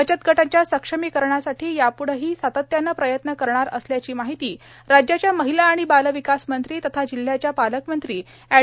बचत गटांच्या सक्षमीकरणासाठी याप्ढेही सातत्याने प्रयत्न करणार असल्याची माहिती राज्याच्या महिला आणि बालविकास मंत्री तथा जिल्ह्याच्या पालकमंत्री एड